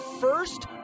first